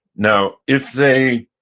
now, if they